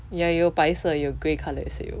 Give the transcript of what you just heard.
ya 有白色有 grey colour 也是有